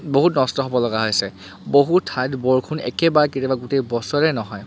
বহুত নষ্ট হ'ব লগা হৈছে বহু ঠাইত বৰষুণ একেবাৰে কেতিয়াবা গোটেই বছৰে নহয়